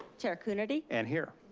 chair coonerty? and here.